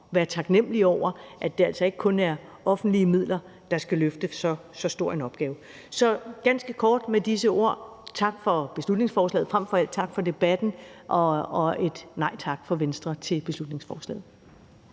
være taknemmelig over, altså at det ikke kun er offentlige midler, der skal løfte så stor en opgave. Så ganske kort vil jeg med disse ord sige tak for beslutningsforslaget, frem for alt tak for debatten og et nej tak fra Venstre til beslutningsforslaget.